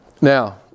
Now